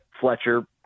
Fletcher